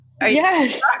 Yes